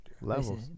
Levels